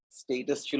status